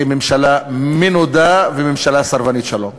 כממשלה מנודה וממשלה סרבנית שלום.